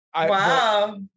Wow